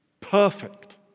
perfect